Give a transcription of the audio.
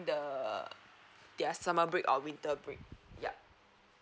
the their summer break or winter break yup